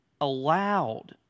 allowed